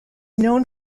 known